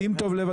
שים טוב לב,